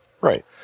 Right